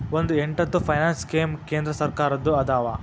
ಒಂದ್ ಎಂಟತ್ತು finance scheme ಕೇಂದ್ರ ಸರ್ಕಾರದ್ದ ಅದಾವ